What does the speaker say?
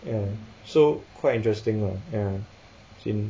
ya so quite interesting lah ya as in